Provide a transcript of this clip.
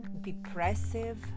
depressive